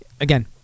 again